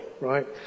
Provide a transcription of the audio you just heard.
right